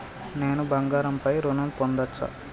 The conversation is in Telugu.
నేను బంగారం పై ఋణం పొందచ్చా?